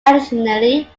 additionally